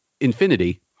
infinity